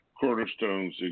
Cornerstone's